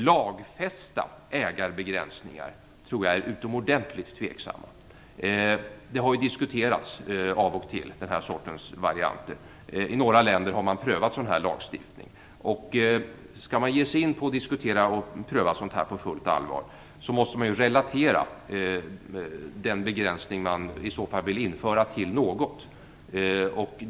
Jag tycker att det är utomordentligt tveksamt att lagfästa ägarbegränsningar. Det har ju diskuterats av och till. I några länder har man prövat en sådan lagstiftning. Skall man ge sig in på att pröva sådant här på fullt allvar måste man relatera den begränsning man vill införa till något.